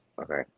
Okay